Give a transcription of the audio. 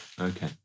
Okay